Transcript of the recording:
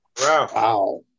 Wow